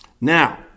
Now